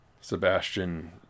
Sebastian